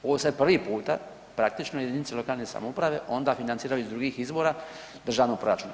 Ovo je sad prvi puta praktično jedinice lokalne samouprave onda financiraju iz drugih izvora državnog proračuna.